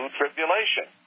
tribulation